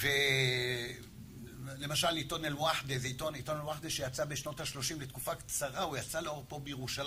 ולמשל עיתון אלוהדה, זה עיתון אלוהדה שיצא בשנות ה-30, ובתקופה קצרה הוא יצא לאור פה בירושלים.